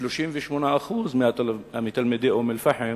ו-38% מתלמידי אום-אל-פחם